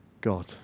God